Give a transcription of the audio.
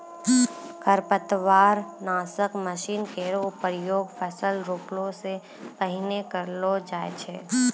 खरपतवार नासक मसीन केरो प्रयोग फसल रोपला सें पहिने करलो जाय छै